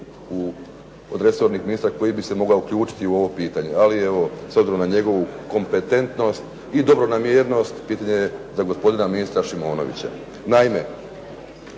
od resornih ministara koji bi se mogao uključiti u ovo pitanje, ali evo, s obzirom na njegovu kompetentnost i dobronamjernost, pitanje je za gospodina ministra Šimonovića. Naime,